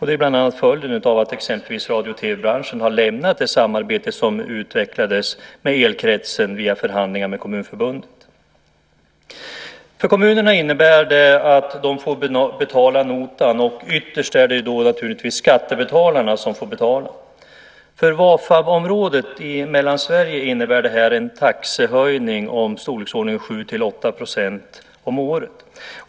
Det är bland annat följden av att exempelvis radio och TV-branschen har lämnat det samarbete som utvecklades med Elkretsen via förhandlingar med Kommunförbundet. För kommunerna innebär det att de får betala notan. Ytterst är det naturligtvis skattebetalarna som får betala. För Vafab-området i Mellansverige innebär det här en taxehöjning i storleksordningen 7-8 % om året.